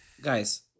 guys